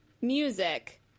music